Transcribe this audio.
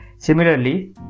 Similarly